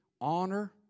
honor